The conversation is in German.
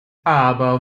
aber